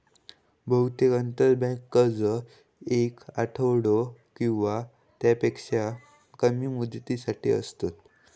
बहुतेक आंतरबँक कर्ज येक आठवडो किंवा त्यापेक्षा कमी मुदतीसाठी असतत